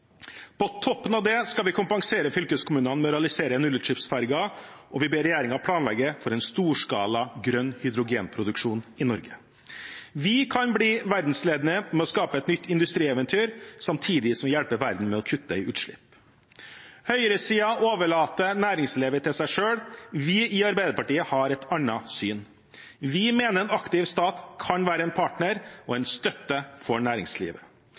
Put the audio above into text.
På toppen av det skal vi kompensere fylkeskommunene for realisering av nullutslippsferger, og vi ber regjeringen planlegge for en storskala grønn hydrogenproduksjon i Norge. Vi kan bli verdensledende med å skape et nytt industrieventyr, samtidig som vi hjelper verden med å kutte i utslipp. Høyresiden overlater næringslivet til seg selv. Vi i Arbeiderpartiet har et annet syn. Vi mener at en aktiv stat kan være en partner og en støtte for næringslivet.